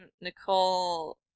Nicole